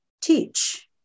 teach